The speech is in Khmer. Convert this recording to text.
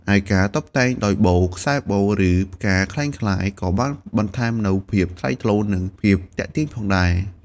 ឯការតុបតែងដោយបូ ខ្សែបូ ឬផ្កាក្លែងក្លាយ ក៏បានបន្ថែមនូវភាពថ្លៃថ្នូរ និងភាពទាក់ទាញផងដែរ។